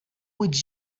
would